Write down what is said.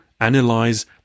Analyze